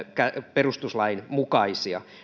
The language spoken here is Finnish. perustuslain mukaisia